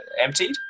emptied